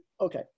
okay